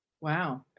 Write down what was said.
Wow